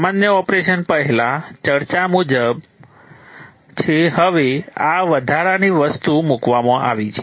સામાન્ય ઓપરેશન પહેલા ચર્ચા મુજબ છે હવે આ વધારાની વસ્તુ મૂકવામાં આવી છે